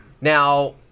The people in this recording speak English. now